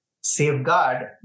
safeguard